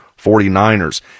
49ers